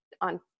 on